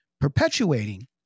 perpetuating